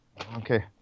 Okay